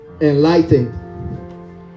enlightened